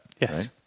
Yes